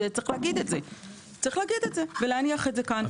צריך להגיד את זה ולהניח את זה כאן.